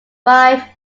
five